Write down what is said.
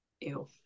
Ew